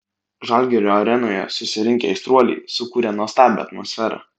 žalgirio arenoje susirinkę aistruoliai sukūrė nuostabią atmosferą